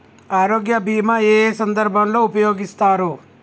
ఆరోగ్య బీమా ఏ ఏ సందర్భంలో ఉపయోగిస్తారు?